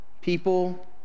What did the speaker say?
people